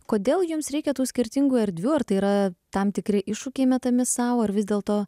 kodėl jums reikia tų skirtingų erdvių ar tai yra tam tikri iššūkiai metami sau ar vis dėlto